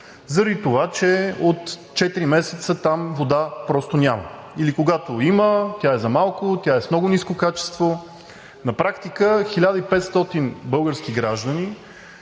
заради това, че от четири месеца там вода просто няма или когато има, тя е за малко, с много ниско качество. На практика 1500 български граждани